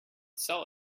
sell